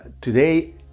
today